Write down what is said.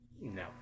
no